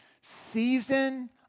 season